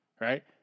Right